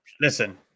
Listen